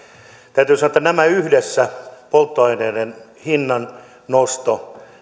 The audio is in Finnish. täytyy sanoa että nämä yhdessä polttoaineiden hinnannosto